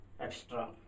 extra